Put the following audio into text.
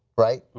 right?